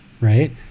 Right